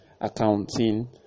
accounting